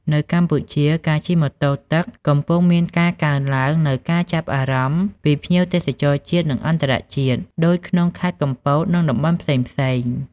នៅកម្ពុជា ការជិះម៉ូតូទឹកកំពុងមានការកើនឡើងនូវការចាប់អារម្មណ៍ពីភ្ញៀវទេសចរជាតិ និងអន្ដរជាតិ ដូចក្នុងខេត្តកំពត និងតំបន់ផ្សេងៗ។